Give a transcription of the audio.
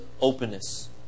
openness